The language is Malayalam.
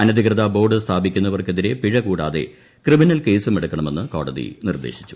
അനധികൃത ബോർഡ് സ്ഥാപിക്കുന്നവർക്കെതിരെ പിഴ കൂടാതെ ക്രിമിനൽ കേസും എടുക്കണമെന്ന് കോടതി നിർദ്ദേശിച്ചു